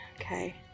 Okay